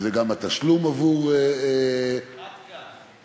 שזה גם התשלום עבור, עד כאן.